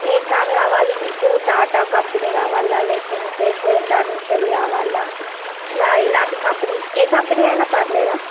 ఏ car కావాలి మీకు Tata company కావాలా లేకుంటే హోండా నుంచి కావాలా ఇలా ఇలాంటి కంపెనీ ఏ కంపెనీ అయినా పర్లేదా